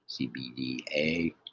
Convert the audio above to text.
CBDA